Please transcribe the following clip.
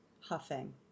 huffing